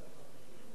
נכון,